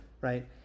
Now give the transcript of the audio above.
right